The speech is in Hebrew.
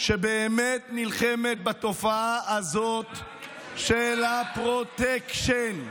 שבאמת נלחמת בתופעה הזו של הפרוטקשן.